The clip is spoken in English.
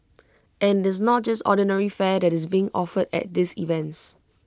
and IT is not just ordinary fare that is being offered at these events